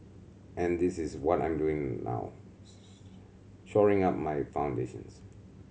and this is what I'm doing now shoring up my foundations